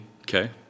Okay